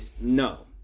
No